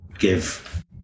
give